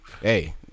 hey